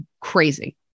crazy